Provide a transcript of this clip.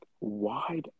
Wide